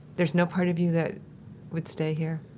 there's no part of you that would stay here?